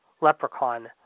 Leprechaun